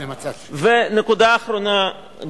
ונקודה אחרונה,